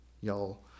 y'all